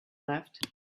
left